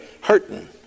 hurting